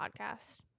podcast